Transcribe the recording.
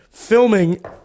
Filming